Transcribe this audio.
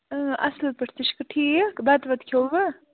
اَصٕل پٲٹھۍ ژٕ چھِکھِ ٹھیٖک بَتہٕ وَتہٕ کھیٚووٕ